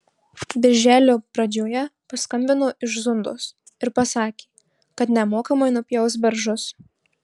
birželio pradžioje paskambino iš zundos ir pasakė kad nemokamai nupjaus beržus